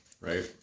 right